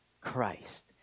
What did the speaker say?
Christ